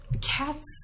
Cats